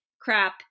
crap